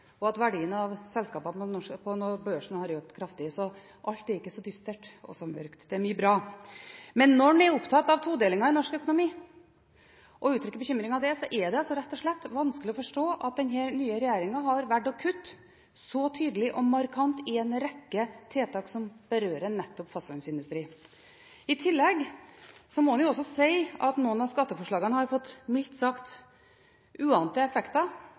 og at verdien av selskapene på Børsen har økt kraftig. Så alt er ikke så dystert og så mørkt; det er mye bra. Men når en er opptatt av todelingen i norsk økonomi, og uttrykker bekymring for det, er det rett og slett vanskelig å forstå at den nye regjeringen har valgt å kutte så tydelig og markant i en rekke tiltak som berører nettopp fastlandsindustrien. I tillegg må en også si at noen av skatteforslagene har fått, mildt sagt, uante effekter.